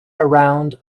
around